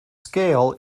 scale